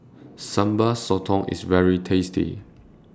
Sambal Sotong IS very tasty